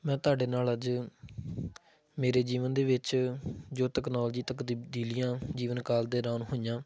ਮੈਂ ਤੁਹਾਡੇ ਨਾਲ ਅੱਜ ਮੇਰੇ ਜੀਵਨ ਦੇ ਵਿੱਚ ਜੋ ਟੈਕਨੋਲੋਜੀ ਤਕ ਤਬਦੀਲੀਆਂ ਜੀਵਨ ਕਾਲ ਦੌਰਾਨ ਹੋਈਆਂ